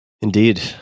Indeed